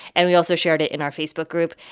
and we also shared it in our facebook group.